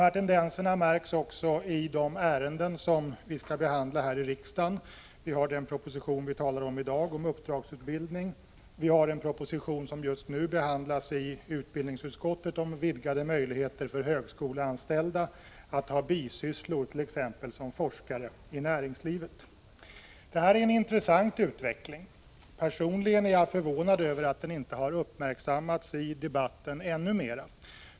Dessa tendenser märks också i de ärenden som vi skall behandla här i riksdagen. Ett exempel är den proposition om uppdragsutbildning som vi i dag talar om. Just nu behandlas också i utbildningsutskottet en proposition om vidgade möjligheter för högskoleanställda att ha bisysslor, t.ex. som forskare i näringslivet. Detta är en intressant utveckling. Personligen är jag förvånad över att den inte har uppmärksammats i debatten ännu mer.